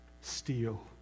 Steal